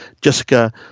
Jessica